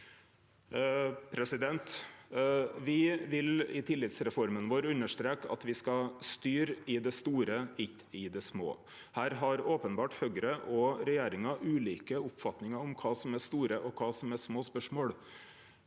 Me vil i tillits- reforma vår understreke at me skal styre i det store, ikkje i det små. Her har openbert Høgre og regjeringa ulike oppfatningar om kva som er store, og kva som er små spørsmål.